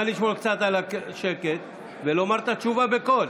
נא לשמור קצת על השקט ולומר את התשובה בקול.